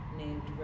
named